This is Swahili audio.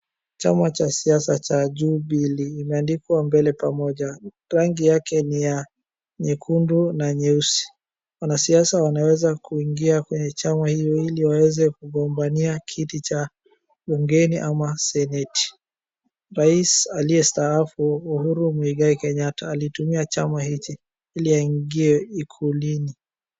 Chama cha siasa cha Jubilee imeandikwa mbele pamoja. Rangi yake ni ya nyekundu na nyeusi. Wanasiasa wanaweza kuingia kwenye chama hio ili waweze kugombania kiti cha bungeni ama seneti. Raisi aliyestaabu Uhuru Muigai Kenyatta alitumia chama hiki ili aingie ikuluni.